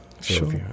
sure